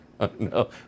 no